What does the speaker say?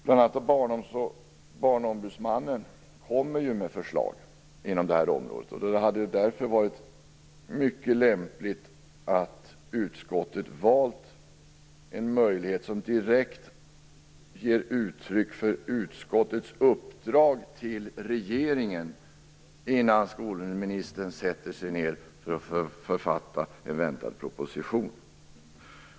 Bl.a. Barnombudsmannen kommer ju med förslag på det här området, och det hade därför varit mycket lämpligt om utskottet hade valt denna möjlighet att direkt ge uttryck för utskottets uppdrag till regeringen innan skolministern sätter sig ned för att författa den väntade propositionen.